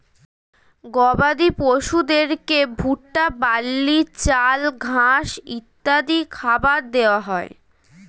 গবাদি পশুদেরকে ভুট্টা, বার্লি, চাল, ঘাস ইত্যাদি খাবার দেওয়া হয়